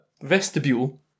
vestibule